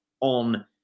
on